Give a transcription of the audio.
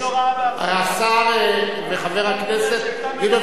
אז היית לא רעה ב השר וחבר הכנסת גדעון